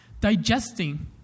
digesting